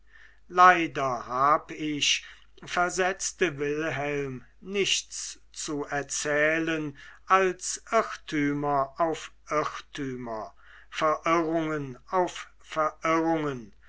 leider hab ich versetzte wilhelm nichts zu erzählen als irrtümer auf irrtümer verirrungen auf verirrungen